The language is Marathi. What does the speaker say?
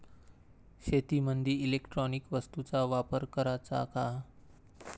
शेतीमंदी इलेक्ट्रॉनिक वस्तूचा वापर कराचा का?